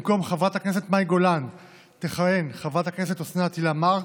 במקום חברת הכנסת מאי גולן תכהן חברת הכנסת אוסנת הילה מארק,